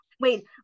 Wait